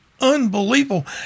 unbelievable